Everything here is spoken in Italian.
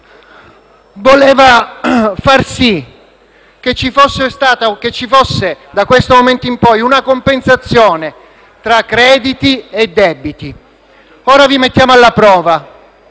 voleva far sì che ci fosse da questo momento in poi una compensazione tra crediti e debiti. Ora vi mettiamo alla prova